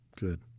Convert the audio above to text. Good